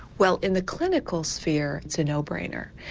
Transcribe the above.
well in the clinical sphere it's a no brainer.